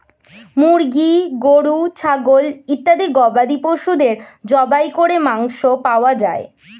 মুরগি, গরু, ছাগল ইত্যাদি গবাদি পশুদের জবাই করে মাংস পাওয়া যায়